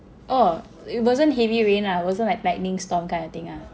oh it wasn't heavy rain ah it wasn't like lightning storm kind of thing ah